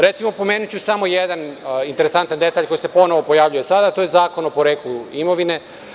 Recimo, pomenuću samo jedan interesantan detalj koji se ponovo pojavljuje sada, a to je Zakon o poreklu imovine.